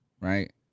right